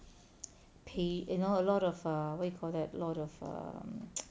pay you know a lot of err what you call that a lot of um